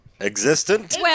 Existent